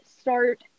start